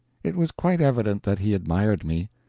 it was quite evident that he admired me.